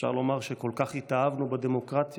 אפשר לומר שכל כך התאהבנו בדמוקרטיה,